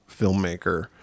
filmmaker